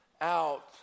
out